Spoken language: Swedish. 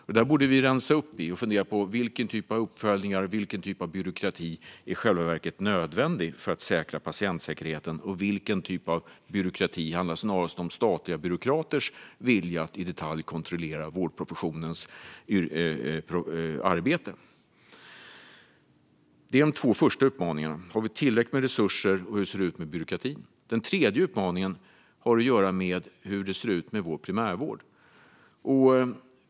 Det där borde vi rensa upp i och fundera på vilken typ av uppföljningar och byråkrati som i själva verket är nödvändig för att säkra patientsäkerheten och vilken typ av byråkrati som snarast handlar om statliga byråkraters vilja att i detalj kontrollera vårdprofessionens arbete. Det här är alltså de två första utmaningarna: Har vi tillräckligt med resurser, och hur ser det ut med byråkratin? Den tredje utmaningen har att göra med hur det ser ut med vår primärvård.